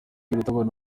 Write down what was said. rutabana